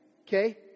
Okay